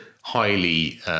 highly